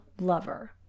lover